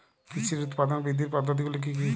কৃষির উৎপাদন বৃদ্ধির পদ্ধতিগুলি কী কী?